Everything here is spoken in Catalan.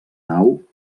nau